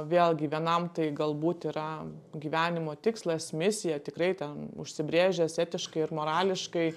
vėlgi vienam tai galbūt yra gyvenimo tikslas misija tikrai ten užsibrėžęs etiškai ir morališkai